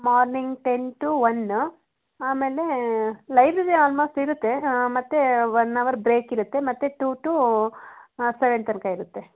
morning ten to one ಆಮೇಲೆ library almost ಇರುತ್ತೆ ಮತ್ತೆ ಒನ್ ಆವರ್ ಬ್ರೇಕ್ ಇರುತ್ತೆ ಮತ್ತೆ ಟು ಟು ಸವೆನ್ ತನಕ ಇರುತ್ತೆ